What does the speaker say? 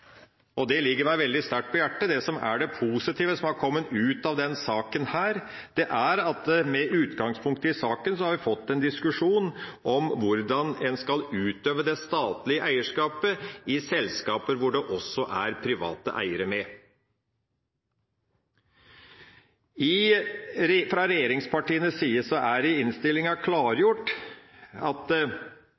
har kommet ut av denne saken, er at vi med utgangspunkt i saken har fått en diskusjon om hvordan en skal utøve det statlige eierskapet i selskaper hvor det også er private eiere med. Fra regjeringspartienes side er det i innstillinga klargjort at